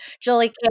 Julie